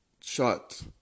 shot